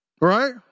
Right